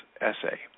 essay